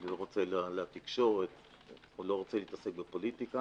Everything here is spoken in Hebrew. הוא לא רוצה להתעסק בפוליטיקה